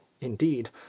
indeed